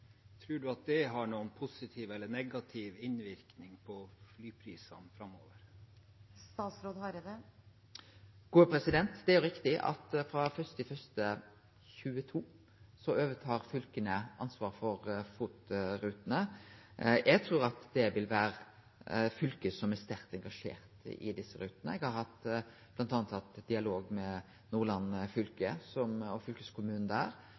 du at det får noen positiv eller negativ innvirkning på flyprisene framover? Det er riktig at frå 1. januar 2022 overtar fylka ansvaret for FOT-rutene. Eg trur at det vil vere fylke som er sterkt engasjerte i desse rutene. Eg har bl.a. hatt dialog med Nordland fylke og fylkeskommunen der,